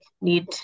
need